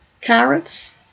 carrots